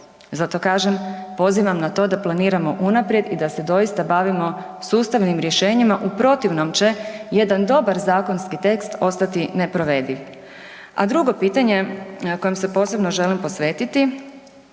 Zato kažem, pozivam na to da planiramo unaprijed i da se doista bavimo sustavnim rješenjima u protivnom će jedan dobar zakonski tekst ostati neprovediv. A drugo pitanje kojem se posebno želim posvetiti